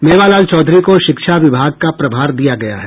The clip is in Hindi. मेवा लाल चौधरी को शिक्षा विभाग का प्रभार दिया गया है